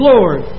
Lord